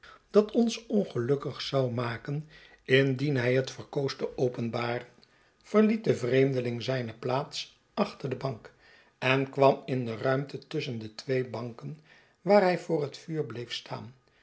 dat ons ongelukkig zou maken indien hij het verkoos te openbaren verliet de vreemdeling zijne plaats achter de bank en kwam in de ruimte tusschen de twee banken waar hij voor het vuur bleef staan